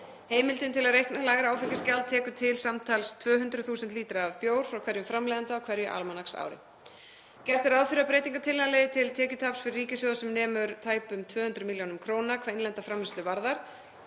Heimildin til að reikna lægra áfengisgjald tekur til samtals 200.000 lítra af bjór frá hverjum framleiðanda á hverju almanaksári. Gert er ráð fyrir að breytingartillagan leiði til tekjutaps fyrir ríkissjóð sem nemur tæpum 200 millj. kr. hvað innlenda framleiðslu varðar.